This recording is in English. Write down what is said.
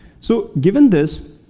so given this,